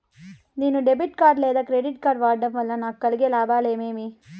నేను debit card లేదా credit card వాడడం వల్ల నాకు కలిగే లాభాలు ఏమేమీ?